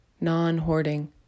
non-hoarding